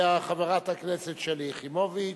חברת הכנסת שלי יחימוביץ,